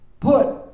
put